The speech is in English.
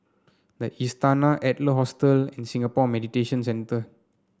the Istana Adler Hostel and Singapore Mediation Centre